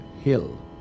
hill